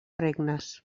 regnes